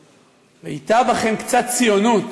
אם הייתה בכם קצת ציונות,